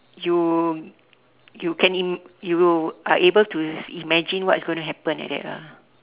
you you can in~ you are able to imagine what's going to happen like that lah